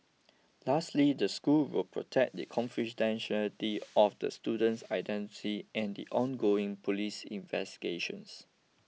lastly the school will protect the confidentiality of the student's identity and the ongoing police investigations